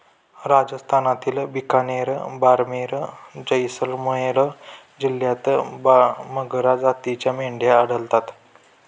राजस्थानातील बिकानेर, बारमेर, जैसलमेर जिल्ह्यांत मगरा जातीच्या मेंढ्या आढळतात